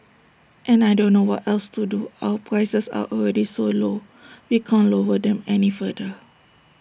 and I don't know what else to do our prices are already so low we can't lower them any further